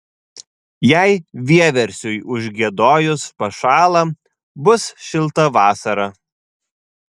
jei vieversiui užgiedojus pašąla bus šilta vasara